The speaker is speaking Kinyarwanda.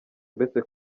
uretse